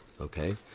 okay